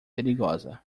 perigosa